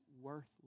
worthless